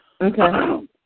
Okay